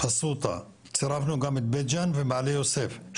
פסוטה צריפנו גם את בית גאן ומעלה יוסף,